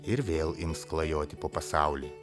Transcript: ir vėl ims klajoti po pasaulį